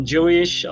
Jewish